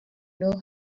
know